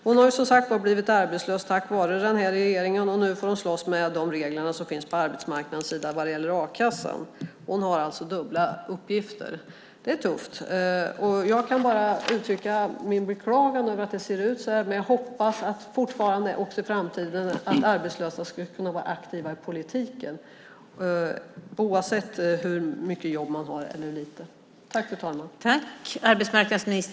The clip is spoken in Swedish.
Hon har som sagt var blivit arbetslös tack vare den här regeringen, och nu får hon slåss med de regler som finns på arbetsmarknaden vad gäller a-kassan. Hon har alltså dubbla uppgifter. Det är tufft. Jag kan bara uttrycka min beklagan över att det ser ut så här. Men jag hoppas att arbetslösa också i framtiden ska kunna vara aktiva i politiken, oavsett hur mycket eller lite jobb man har.